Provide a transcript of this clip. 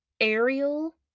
aerial